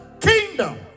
kingdom